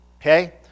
okay